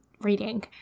reading